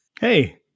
Hey